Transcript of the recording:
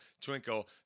twinkle